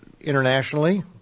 internationally